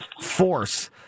force